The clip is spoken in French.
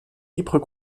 ypres